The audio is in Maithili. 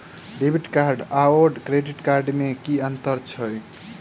डेबिट कार्ड आओर क्रेडिट कार्ड मे की अन्तर छैक?